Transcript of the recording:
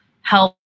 help